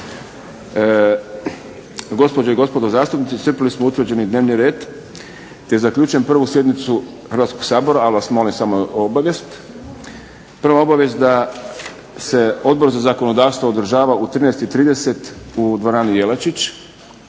Gospođe i gospodo zastupnici, iscrpili smo utvrđeni dnevni red i zaključujem prvu sjednicu Hrvatskog sabora. Ali vas molim samo obavijest. Prva obavijest da se Odbor za zakonodavstvo održava u 13,30 u dvorani Jelačić,